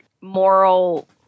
moral